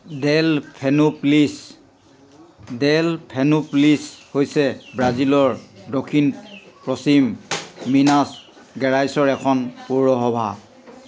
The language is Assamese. ডেলফিনোপ্লিছ ডেলফিনোপ্লিছ হৈছে ব্ৰাজিলৰ দক্ষিণ পশ্চিম মিনাছ গেৰাইছৰ এখন পৌৰসভা